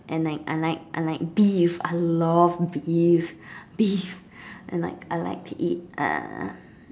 and I like I like I like beef I love beef beef and like I like to eat uh